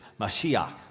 Mashiach